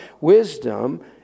Wisdom